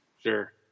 Sure